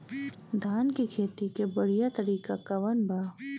धान के खेती के बढ़ियां तरीका कवन बा?